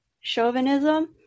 chauvinism